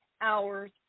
hours